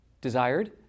Desired